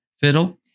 fiddle